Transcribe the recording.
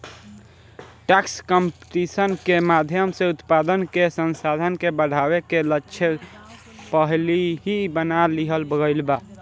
tax competition के माध्यम से उत्पादन के संसाधन के बढ़ावे के लक्ष्य पहिलही बना लिहल गइल बा